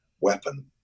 weapon